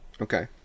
Okay